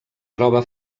troba